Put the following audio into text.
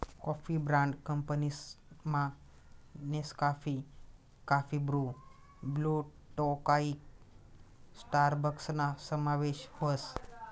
coffee brand कंपनीसमा Nescafe, coffee Bru, Blue Tokai स्टारबक्सना समावेश व्हस